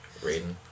Raiden